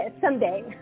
someday